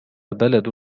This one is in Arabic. بلد